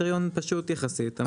הצענו קריטריון פשוט יחסית.